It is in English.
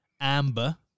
amber